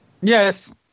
Yes